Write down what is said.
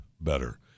better